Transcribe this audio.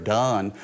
done